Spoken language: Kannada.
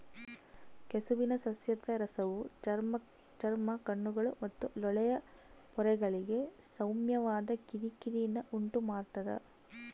ಕೆಸುವಿನ ಸಸ್ಯದ ರಸವು ಚರ್ಮ ಕಣ್ಣುಗಳು ಮತ್ತು ಲೋಳೆಯ ಪೊರೆಗಳಿಗೆ ಸೌಮ್ಯವಾದ ಕಿರಿಕಿರಿನ ಉಂಟುಮಾಡ್ತದ